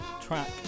track